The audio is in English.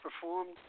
performed